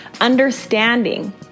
Understanding